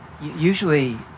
Usually